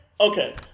Okay